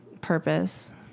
Purpose